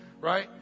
right